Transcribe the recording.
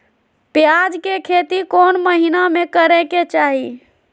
प्याज के खेती कौन महीना में करेके चाही?